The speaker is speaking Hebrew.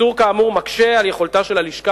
איסור כאמור מקשה על יכולתה של הלשכה